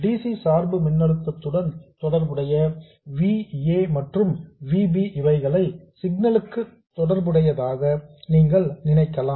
Dc சார்பு மின்னழுத்துடன் தொடர்புடைய V a மற்றும் V b இவைகளை சிக்னல் க்கு தொடர்புடையதாக நீங்கள் நினைக்கலாம்